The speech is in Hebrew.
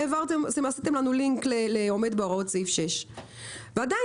ועשיתם לנו לינק לעומד בהוראות סעיף 6. ועדין,